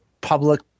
public